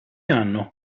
hanno